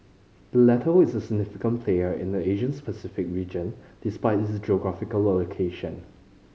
the latter is a significant player in the Asia Pacific region despite its geographical location